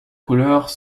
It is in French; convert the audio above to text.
couleurs